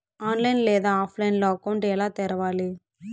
online లేదా ఆఫ్లైన్లో account ఎలా తెరవాలి